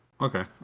Okay